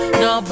no